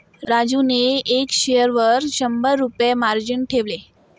राजूने एका शेअरवर शंभर रुपये मार्जिन ठेवले